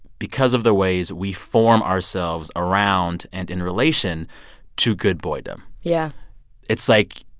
because of the ways we form ourselves around and in relation to good-boy-dom yeah it's like,